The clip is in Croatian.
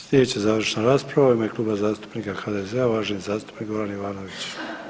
Sljedeća završna rasprava u ime Kluba zastupnika HDZ-a uvaženi zastupnik Goran Ivanović.